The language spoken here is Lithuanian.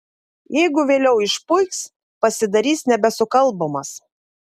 jeigu vėliau išpuiks pasidarys nebesukalbamas